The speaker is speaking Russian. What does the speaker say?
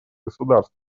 государств